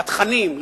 לתכנים,